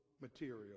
material